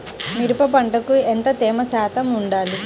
మిరప పంటకు ఎంత తేమ శాతం వుండాలి?